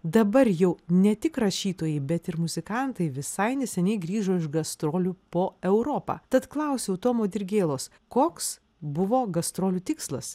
dabar jau ne tik rašytojai bet ir muzikantai visai neseniai grįžo iš gastrolių po europą tad klausiau tomo dirgėlos koks buvo gastrolių tikslas